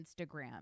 Instagram